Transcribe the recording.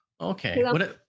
okay